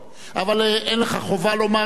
אבל אין לך חובה לומר כאן,